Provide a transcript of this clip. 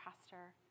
Pastor